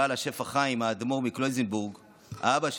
בעל השפע חיים האדמו"ר מקלויזנבורג,